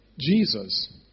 Jesus